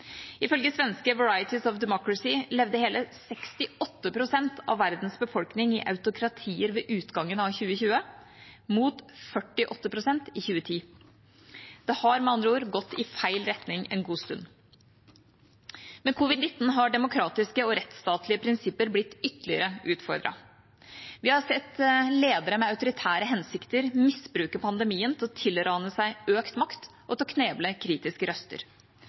Ifølge svenske Varieties of Democracy levde hele 68 pst. av verdens befolkning i autokratier ved utgangen av 2020, mot 48 pst. i 2010. Det har med andre ord gått i feil retning en god stund. Med covid-19 har demokratiske og rettsstatlige prinsipper blitt ytterligere utfordret. Vi har sett ledere med autoritære hensikter misbruke pandemien til å tilrane seg økt makt og til å kneble kritiske røster.